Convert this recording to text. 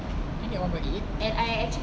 and then you get one point eight